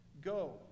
Go